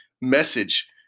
message